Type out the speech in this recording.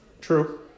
True